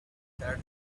said